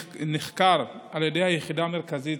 נחקר על ידי היחידה המרכזית,